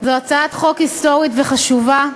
זו הצעת חוק היסטורית וחשובה.